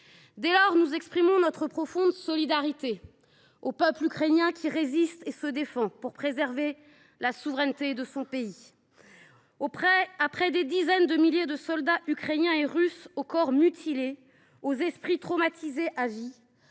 Dès lors, nous adressons notre profonde solidarité au peuple ukrainien, qui résiste et se défend pour préserver la souveraineté de son pays. Des dizaines de milliers de soldats, ukrainiens et russes, ont eu le corps mutilé et l’esprit traumatisé à vie,